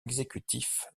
exécutif